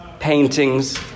paintings